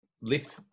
lift